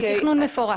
ה-26.7, לתכנון מפורט.